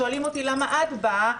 שואלים אותי למה את באה,